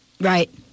Right